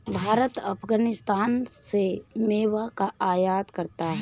भारत अफगानिस्तान से मेवा का आयात करता है